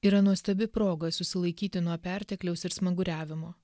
yra nuostabi proga susilaikyti nuo pertekliaus ir smaguriavimo